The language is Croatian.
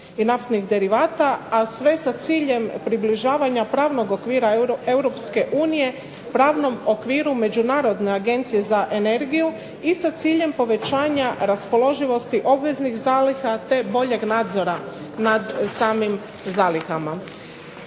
i naftnih derivata, a sve sa ciljem približavanja pravnog okvira EU pravnom okviru Međunarodne agencije za energiju i sa ciljem povećanja raspoloživosti obveznih zaliha, te boljeg nadzora nad samim zalihama.